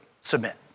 submit